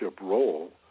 role